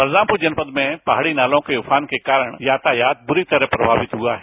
बखरामपूर जनपद में पहाड़ी नालों के उफान के कारन यातायात बुरी तरह प्रभवित हआ है